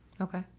Okay